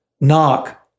knock